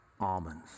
almonds